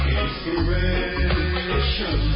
inspiration